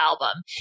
album